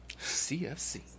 CFC